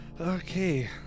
Okay